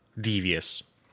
devious